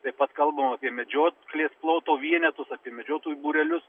taip pat kalbam apie medžioklės ploto vienetus apie medžiotojų būrelius